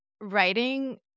writing